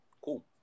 Cool